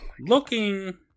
looking